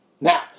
Now